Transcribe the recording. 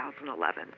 2011